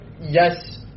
Yes